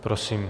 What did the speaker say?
Prosím.